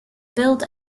build